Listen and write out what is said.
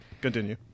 Continue